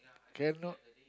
cannot